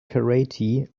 karate